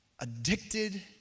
addicted